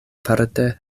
parte